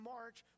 March